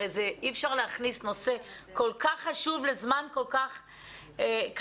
אי אפשר להכניס נושא כל כך חשוב לזמן כל כך קצר,